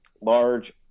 large